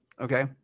Okay